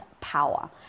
power